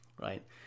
Right